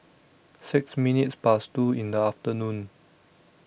six minutes Past two in The afternoon